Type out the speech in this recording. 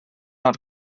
not